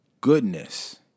goodness